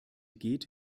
geht